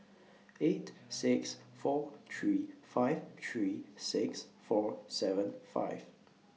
eight six four three five three six four seven five